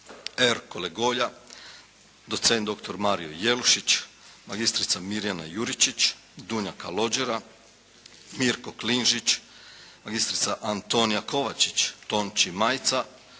Erkole Golja, docent doktor Mario Jelušić, magistrica Mirjana Juričić, Dunja Kalođera, Mirko Klinžić, magistrica Antonija Kovačić, Tonči Majca,